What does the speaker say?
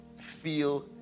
feel